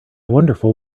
wonderful